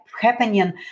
happening